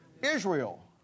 Israel